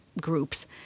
groups